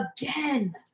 again